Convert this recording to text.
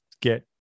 get